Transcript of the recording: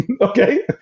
okay